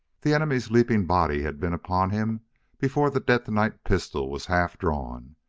the enemy's leaping body had been upon him before the detonite pistol was half drawn.